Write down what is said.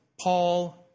Paul